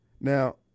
Now